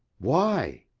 why?